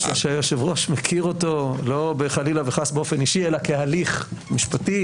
היושב-ראש מכיר אותו לא חלילה וחס באופן אישי אלא כהליך משפטי,